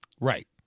right